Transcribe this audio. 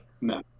No